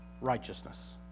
righteousness